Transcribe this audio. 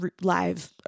live